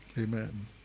Amen